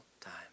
time